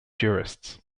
jurists